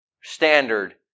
standard